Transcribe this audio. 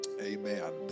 Amen